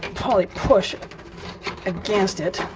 probably push against it